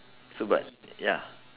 so but ya